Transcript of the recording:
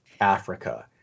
Africa